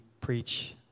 preach